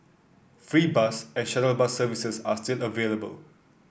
free bus and shuttle bus services are still available